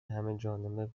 همهجانبه